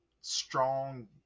strong